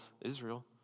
Israel